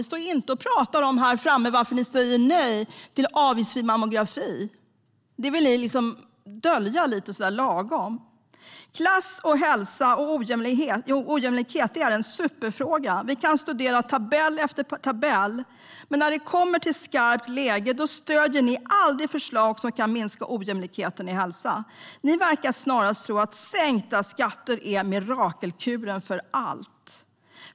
Ni står inte och pratar om varför ni säger nej till avgiftsfri mammografi. Det vill ni dölja lite lagom. Klass, hälsa och ojämlikhet är en superfråga. Vi kan studera tabell efter tabell. Men när det kommer till skarpt läge stöder ni aldrig förslag som kan minska ojämlikheten i hälsa. Ni verkar snarast tro att sänkta skatter är mirakelkuren för allt.